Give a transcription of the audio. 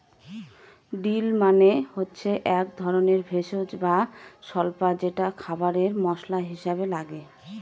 deal মানে হচ্ছে এক ধরনের ভেষজ বা স্বল্পা যেটা খাবারে মশলা হিসাবে লাগে